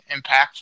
impactful